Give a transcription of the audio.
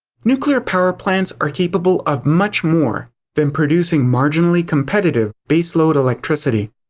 nuclear power plants are capable of much more than producing marginally competitive baseload electricity.